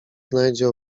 znajdzie